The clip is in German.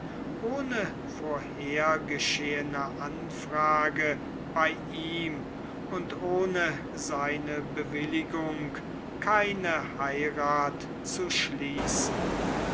ohne vorhergeschehene anfrage bei ihm und ohne seine bewilligung eine heirath zu schließen